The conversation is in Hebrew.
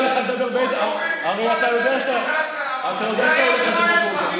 הרי אתה יודע שאתה הולך על דמגוגיה.